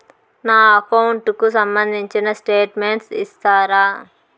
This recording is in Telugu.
నా అకౌంట్ కు సంబంధించిన స్టేట్మెంట్స్ ఇస్తారా